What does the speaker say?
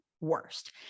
worst